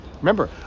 remember